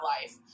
life